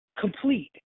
complete